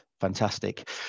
Fantastic